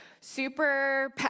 super